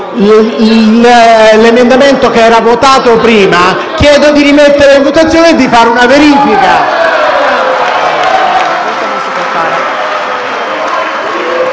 emendamento è stato votato prima, chiedo di rimetterlo in votazione e di fare una verifica.